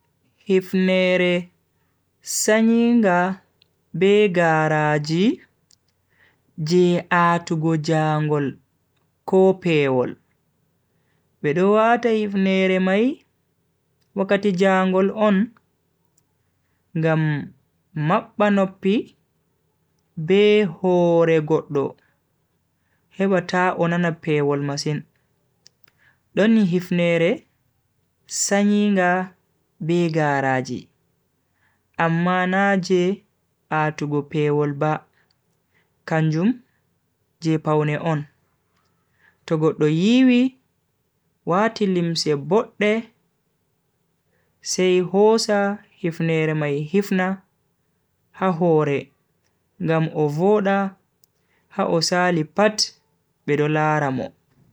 Hifnere sanyinga be garaaji je a'tugo jangol ko pewol. Be do wata hifneere mai wakkati jangol on ngam mabbe noppi be hore goddo heba ta o nana pewol masin. Don hifnere sanyinga be garaaji amma na je a'tugo pewol ba, kanjum je pawne on. To goddo yiwi wati limse bodde sai hosa hifneere mai hifna ha hore ngam o voda ha o sali pat bedo lara mo.